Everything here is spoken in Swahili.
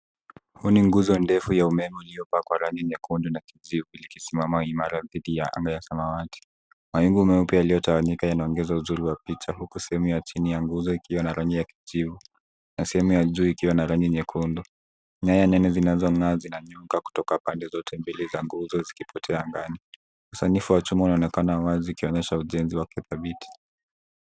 Huu ni nguzo ndefu ya umeme uliopakwa rangi nyekundu na kijivu ikisimama imara dhidi ya anga ya samawati. Mawingu mweupe yaliyotawanyika yanaongeza uzuri wa picha huku sehemu ya chini ya nguzo ikiwa na rangi ya kijivu na sehemu ya juu ikiwa na rangi nyekundu. Nyaya nene zinazong'aa zinazonyonga kutoka pande zote mbili za nguzo zikipote ndani. Usanifu wa chuma unaonekana wazi ukionyesha ujenzi wa kithabiti.